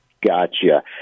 Gotcha